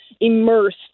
immersed